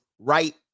right